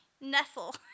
nestle